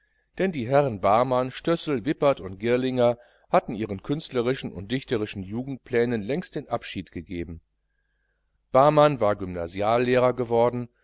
denn die herren barmann stössel wippert und girlinger hatten ihren künstlerischen und dichterischen jugendplänen längst den abschied gegeben barmann war gymnasiallehrer geworden